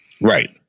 Right